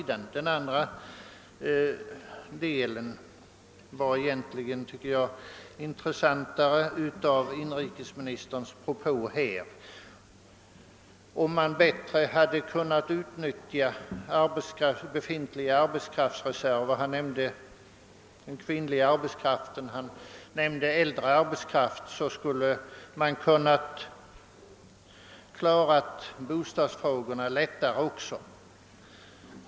Den andra delen av inrikesministerns uttalande var egentligen intressantare. Om man bättre hade kunnat utnyttja befintlig arbetskraftsreservy — kvinnlig arbetskraft och äldre arbetskraft — skulle man, sade han, kunnat klara även bostadsfrågorna lättare.